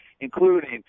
including